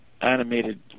animated